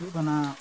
ᱦᱩᱭᱩᱜ ᱠᱟᱱᱟ